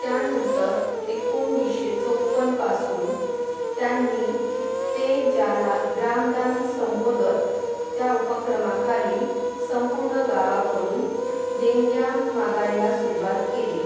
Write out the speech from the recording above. त्यानंतर एकोणवीसशे चोपनपासून त्यांनी ते ज्याला ग्रामदान संबोधत त्या उपक्रमाखाली संपूर्ण गावाकडून देणग्या मागायला सुरुवात केली